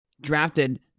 drafted